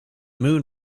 moon